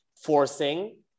forcing